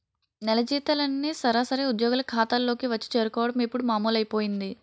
నెల జీతాలన్నీ సరాసరి ఉద్యోగుల ఖాతాల్లోకే వచ్చి చేరుకోవడం ఇప్పుడు మామూలైపోయింది